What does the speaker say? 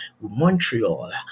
Montreal